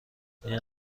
این